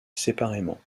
séparément